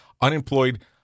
unemployed